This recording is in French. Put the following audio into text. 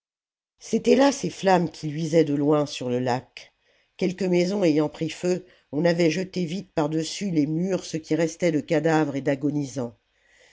c'étaient là ces flammes qui luisaient de loin sur le lac quelques maisons ayant pris feu on avait jeté vite par-dessus les murs ce qui restait de cadavres et